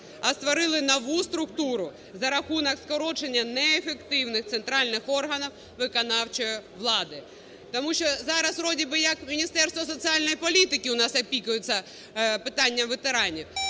а створили нову структуру за рахунок скорочення неефективних центральних органів виконавчої влади. Тому до зараз, вродебы, як Міністерство соціальної політики у нас опікується питанням ветеранів.